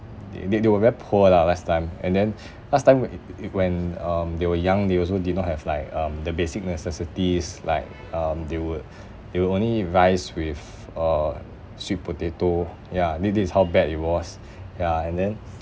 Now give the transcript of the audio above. they they they were very poor lah last time and then last time when it it when um they were young they also did not have like um the basic necessities like um they were there were only rice with uh sweet potato ya that that is how bad it was ya and then